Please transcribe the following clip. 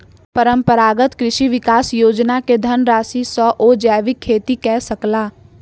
परंपरागत कृषि विकास योजना के धनराशि सॅ ओ जैविक खेती कय सकला